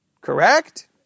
correct